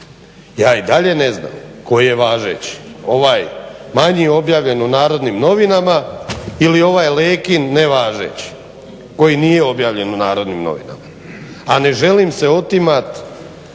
ja i dalje ne znam koji je važeći, ovaj manji objavljen u NN ili ovaj Lekin nevažeći koji nije objavljen u NN a ne želim se otimat